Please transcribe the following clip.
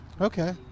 Okay